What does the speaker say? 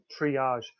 triage